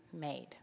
made